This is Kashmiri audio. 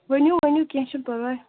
ؤنِو ؤنِو کیٚنٛہہ چھُنہٕ پَرواے